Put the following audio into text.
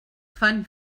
fan